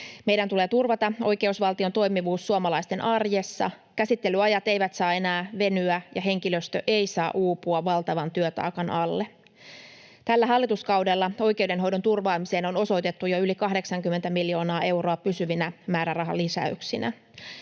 Meidän tulee turvata oikeusvaltion toimivuus suomalaisten arjessa. Käsittelyajat eivät saa enää venyä, ja henkilöstö ei saa uupua valtavan työtaakan alle. Tällä hallituskaudella oikeudenhoidon turvaamiseen on osoitettu jo yli 80 miljoonaa euroa pysyvinä määrärahalisäyksinä.